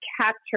capture